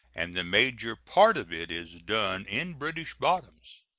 and the major part of it is done in british bottoms.